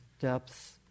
depths